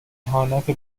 اهانت